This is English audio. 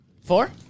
Four